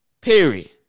period